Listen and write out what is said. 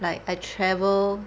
like I travel